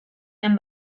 den